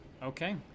Okay